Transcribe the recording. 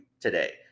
today